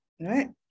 right